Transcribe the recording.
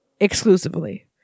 exclusively